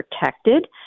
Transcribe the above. protected